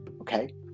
okay